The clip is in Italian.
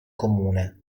comune